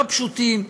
לא פשוטים,